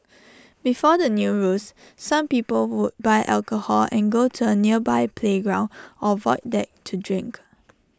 before the new rules some people would buy alcohol and go to A nearby playground or void deck to drink